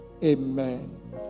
Amen